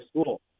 school